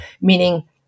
meaning